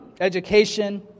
education